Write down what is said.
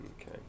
Okay